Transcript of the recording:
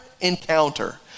encounter